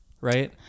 right